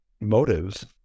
motives